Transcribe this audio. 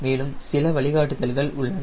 மேலும் சில வழிகாட்டுதல்கள் உள்ளன